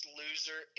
loser